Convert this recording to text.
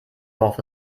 worauf